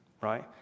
right